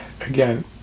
again